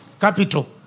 Capital